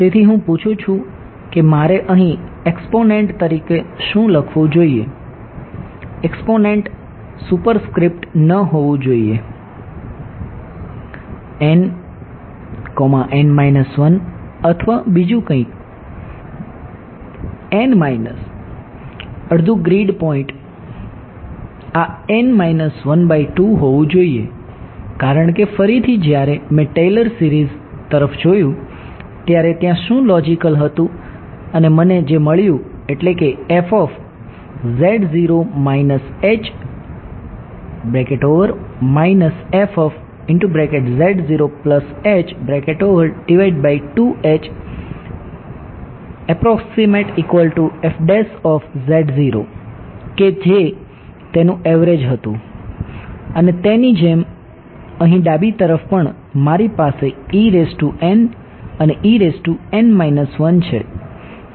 તેથી હું પૂછું છું કે મારે અહીં એક્સ્પોનેંટ તરફ જોયું ત્યારે ત્યાં શું લોજિકલ હતું અને મને જે મળ્યું એટલે કે કે જે તેનું એવરેજ હતું અને તેની જેમ જ અહી ડાબી તરફ પણ મારી પાસે અને છે